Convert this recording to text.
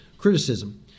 Criticism